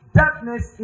darkness